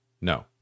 No